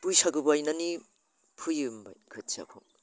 बैसागु बायनानै फोयो खोथियाखौ